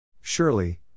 Surely